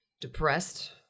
depressed